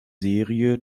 serie